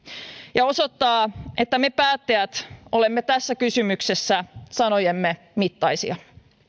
ja osoittaa että me päättäjät olemme tässä kysymyksessä sanojemme mittaisia